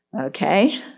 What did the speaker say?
Okay